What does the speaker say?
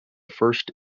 first